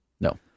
no